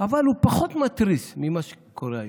אבל הוא פחות מתריס ממה שקורה היום.